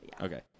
Okay